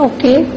Okay